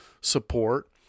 support